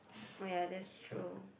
oh ya that's true